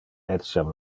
etiam